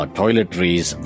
toiletries